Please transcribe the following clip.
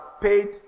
paid